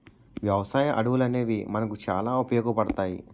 వ్యవసాయ అడవులనేవి మనకు చాలా ఉపయోగపడతాయి